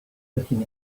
looking